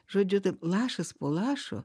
žodžiu taip lašas po lašo